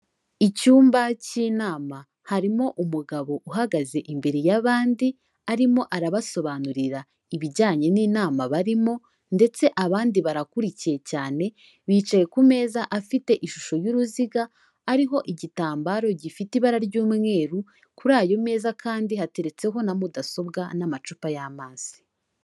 Icyumba cy'inama, harimo umugabo uhagaze imbere y'abandi, arimo arabasobanurira ibijyanye n'inama barimo ndetse abandi barakurikiye cyane, bicaye ku meza afite ishusho y'uruziga, ariho igitambaro gifite ibara ry'umweru, kuri ayo meza kandi hateretseho na mudasobwa n'amacupa y'amazi.